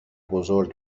بزرگ